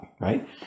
Right